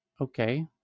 Okay